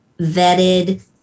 vetted